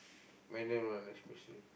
manual one especially